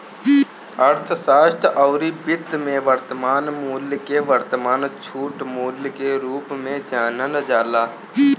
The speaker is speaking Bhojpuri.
अर्थशास्त्र अउरी वित्त में वर्तमान मूल्य के वर्तमान छूट मूल्य के रूप में जानल जाला